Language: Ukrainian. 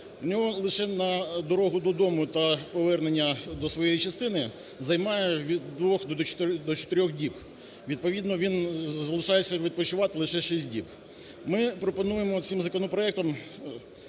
в нього лише на дорогу додому та повернення до своєї частини займає від 2-х до 4-х діб, відповідно, він залишається відпочивати лише 6 діб. Ми пропонуємо цим законопроектом